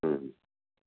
ம்